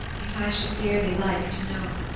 yet i should dearly like to know.